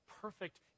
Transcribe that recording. perfect